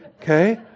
Okay